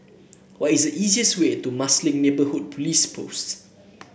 what is the easiest way to Marsiling Neighbourhood Police Post